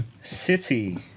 City